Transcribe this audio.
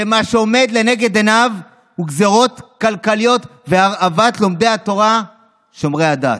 שמה שעומד לנגד עיניו הוא גזרות כלכליות והרעבת לומדי התורה שומרי הדת?